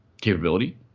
Capability